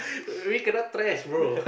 we kena trash bro